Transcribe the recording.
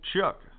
Chuck